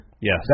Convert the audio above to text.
Yes